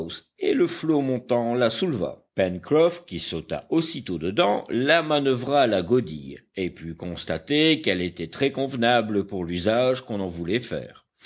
et le flot montant la souleva pencroff qui sauta aussitôt dedans la manoeuvra à la godille et put constater qu'elle était très convenable pour l'usage qu'on en voulait faire